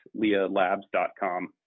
lealabs.com